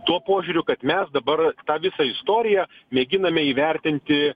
tuo požiūriu kad mes dabar tą visą istoriją mėginame įvertinti